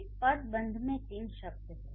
इस पदबंध में तीन शब्द हैं